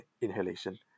inhalation